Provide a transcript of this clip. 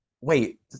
wait